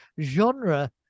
genre